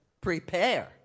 prepare